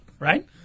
Right